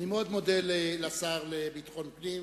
אני מאוד מודה לשר לביטחון הפנים,